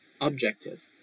objective